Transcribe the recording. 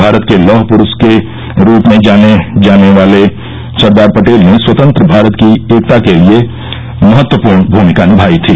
भारत के लौहपुरुष के रूप में जाने जाने वाले सरदार पटेल ने स्वतंत्र भारत की एकता के लिए महत्वपूर्ण भूमिका निभाई थी